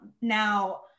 Now